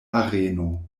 areno